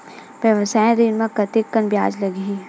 व्यवसाय ऋण म कतेकन ब्याज लगही?